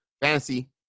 Fantasy